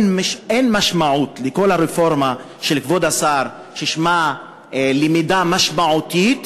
אין משמעות לכל הרפורמה של כבוד השר ששמה למידה משמעותית